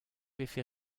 vefe